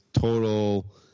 total